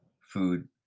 food